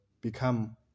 become